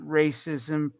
racism